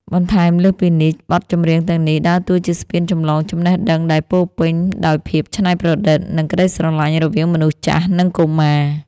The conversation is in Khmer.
បន្ថែមលើសពីនេះ បទចម្រៀងទាំងនេះដើរតួជាស្ពានចម្លងចំណេះដឹងដែលពោរពេញដោយភាពច្នៃប្រឌិត និងក្ដីស្រឡាញ់រវាងមនុស្សចាស់ និងកុមារ។